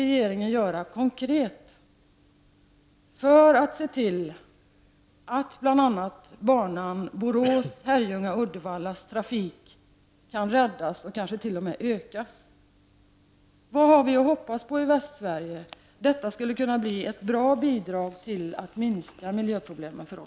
Det skulle kunna bli ett bra bidrag till att minska miljöproblemen för oss. Vad har vi i Västsverige att hoppas på?